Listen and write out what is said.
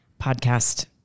podcast